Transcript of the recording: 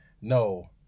no